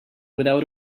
without